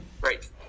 great